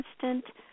constant